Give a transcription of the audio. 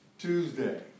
Tuesday